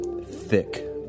thick